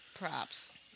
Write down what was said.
props